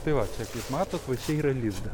tai va jūs mato va čia yra lizda